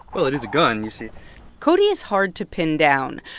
well, it is a gun, you see cody is hard to pin down.